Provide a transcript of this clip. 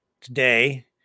today